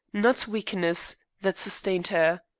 not weakness, that sustained her.